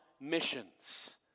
missions